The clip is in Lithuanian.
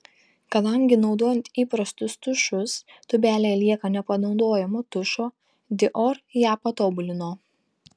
kadangi naudojant įprastus tušus tūbelėje lieka nepanaudojamo tušo dior ją patobulino